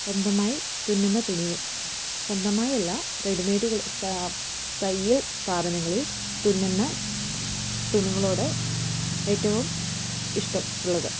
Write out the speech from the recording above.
സ്വന്തമായി തുന്നുന്ന തുണി സ്വന്തമായല്ല റെഡിമേഡ് തയ്യൽ സ്ഥാപനങ്ങളിൽ തുന്നുന്ന തുണികളോട് ഏറ്റവും ഇഷ്ടമുള്ളത്